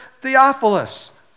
Theophilus